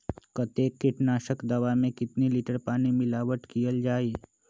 कतेक किटनाशक दवा मे कितनी लिटर पानी मिलावट किअल जाई?